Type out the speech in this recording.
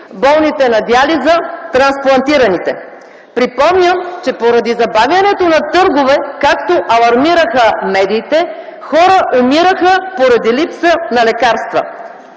болните на диализа, трансплантираните. Припомням, че поради забавянето на търгове, както алармираха медиите, хора умираха, поради липса на лекарства.